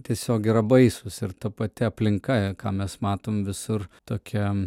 tiesiog yra baisūs ir ta pati aplinka ką mes matom visur tokia